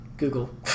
Google